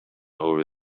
over